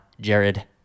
Jared